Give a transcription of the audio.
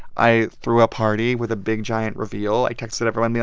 i threw a party with a big, giant reveal. i texted everyone,